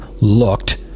looked